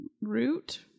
root